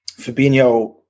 Fabinho